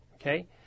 Okay